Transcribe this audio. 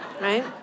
right